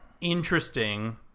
interesting